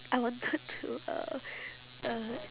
I wanted to uh uh